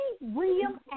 William